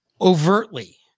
overtly